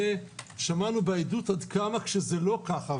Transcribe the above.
שמענו בעדות עד כמה כשזה לא ככה,